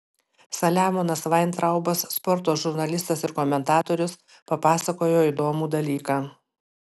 saliamonas vaintraubas sporto žurnalistas ir komentatorius papasakojo įdomų dalyką